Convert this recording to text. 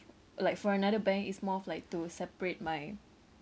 like for another bank it's more of like to separate my